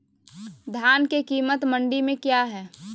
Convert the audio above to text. धान के कीमत मंडी में क्या है?